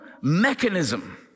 mechanism